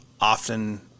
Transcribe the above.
often